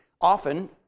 often